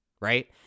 Right